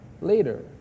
later